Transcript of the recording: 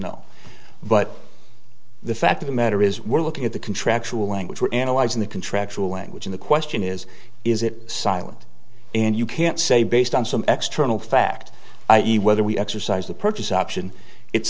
l but the fact of the matter is we're looking at the contractual language we're analyzing the contractual language in the question is is it silent and you can't say based on some extra nil fact i e whether we exercise the purchase option it's